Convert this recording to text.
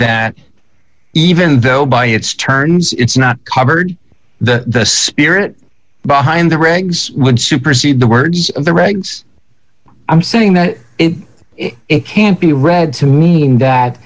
that even though by its turns it's not covered the spirit behind the regs would supersede the words of the regs i'm saying that it can't be read to mean that